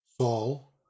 Saul